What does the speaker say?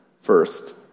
first